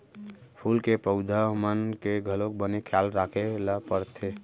फूल के पउधा मन के घलौक बने खयाल राखे ल परथे